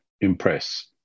impress